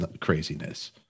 craziness